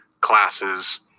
classes